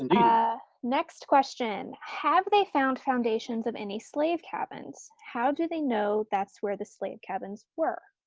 and ah, next question, have they found foundations of any slave cabins? how do they know that's where the slave cabins were?